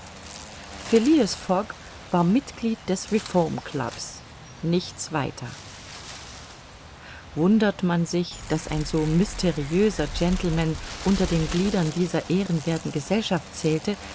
fogg war mitglied des reformclubs nichts weiter wundert man sich daß ein so mysteriöser gentleman unter den gliedern dieser ehrenwerthen gesellschaft zählte